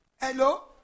Hello